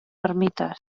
ermites